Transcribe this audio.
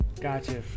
Gotcha